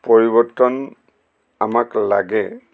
পৰিৱৰ্তন আমাক লাগে